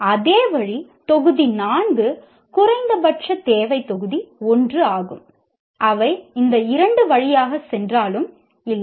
அதே வழி தொகுதி 4 குறைந்தபட்ச தேவை தொகுதி 1 ஆகும் அவை இந்த 2 வழியாக சென்றாலும் இல்லை